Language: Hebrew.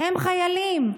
הם חיילים.